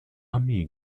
armee